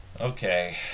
Okay